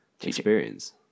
experience